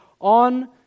on